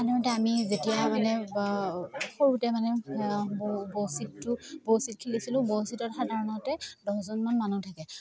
সাধাৰণতে আমি যেতিয়া মানে সৰুতে মানে বৌচিতটো বৌচিত খেলিছিলোঁ বৌচিতত সাধাৰণতে দহজনমান মানুহ থাকে